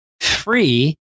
free